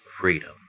freedom